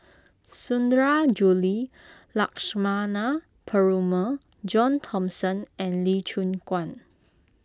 Sundarajulu Lakshmana Perumal John Thomson and Lee Choon Guan